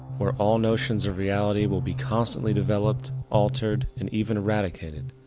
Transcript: where all notions of reality will be constantly developed, altered and even eradicated,